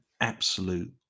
absolute